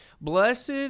Blessed